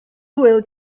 hwyl